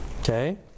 Okay